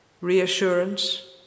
reassurance